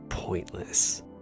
Pointless